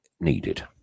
needed